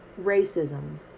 racism